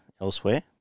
elsewhere